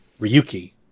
ryuki